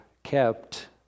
kept